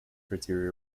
criteria